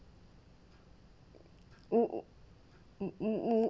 oh !woo!